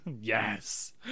Yes